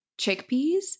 chickpeas